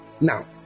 Now